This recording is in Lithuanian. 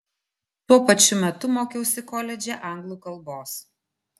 tuo pačiu metu mokiausi koledže anglų kalbos